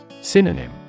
Synonym